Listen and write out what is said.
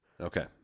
Okay